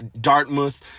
Dartmouth